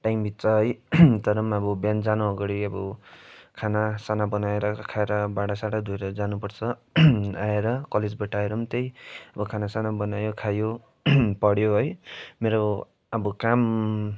time बित्छ है तर पनि अब बिहान जानु अगाडि अब खानासाना बनाएर खाएर भाँडासाँडा धोएर जानुपर्छ आएर कलेजबाट आएर पनि त्यही अब खानासाना बनायो खायो पढ्यो है मेरो अब काम